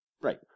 Right